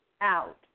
out